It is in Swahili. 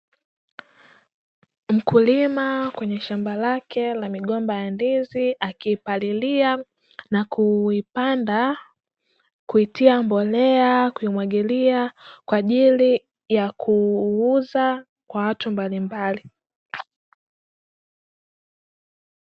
Mkulima kwenye shamba lake la migomba ya ndizi, akipalilia na kuipanda kuitia mbolea na kuimwagilia, kwaajili yakuuza kwa watu mbalimbali.